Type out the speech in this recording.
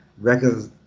records